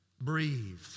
Breathe